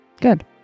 Good